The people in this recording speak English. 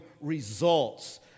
results